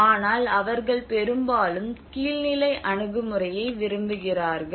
ஆனால் அவர்கள் பெரும்பாலும் கீழ்நிலை அணுகுமுறையை விரும்புகிறார்கள்